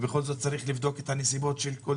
ובכל זאת צריך לבדוק את הנסיבות של כל